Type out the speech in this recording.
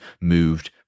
moved